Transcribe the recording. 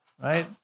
right